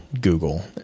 Google